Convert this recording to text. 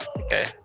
Okay